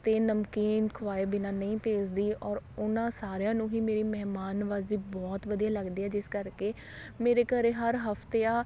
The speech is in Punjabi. ਅਤੇ ਨਮਕੀਨ ਖਵਾਏ ਬਿਨਾਂ ਨਹੀਂ ਭੇਜਦੀ ਔਰ ਉਹਨਾਂ ਸਾਰਿਆਂ ਨੂੰ ਹੀ ਮੇਰੀ ਮਹਿਮਾਨ ਨਵਾਜ਼ੀ ਬਹੁਤ ਵਧੀਆ ਲਗਦੀ ਹੈ ਜਿਸ ਕਰਕੇ ਮੇਰੇ ਘਰ ਹਰ ਹਫਤਿਆਂ